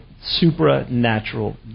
supernatural